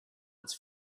its